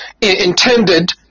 intended